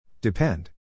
Depend